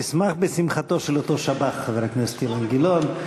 תשמח בשמחתו של אותו שב"ח, חבר הכנסת אילן גילאון.